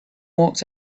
walked